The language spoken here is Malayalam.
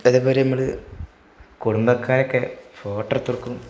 അതു നമ്മള് കുടുംബക്കാരെയൊക്കെ ഫോട്ടോ എടുത്ത് കൊടുക്കും